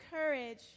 courage